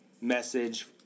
message